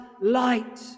light